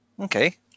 Okay